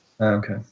Okay